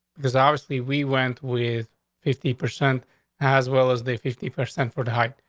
because obviously, we went with fifty percent as well as the fifty percent for the height.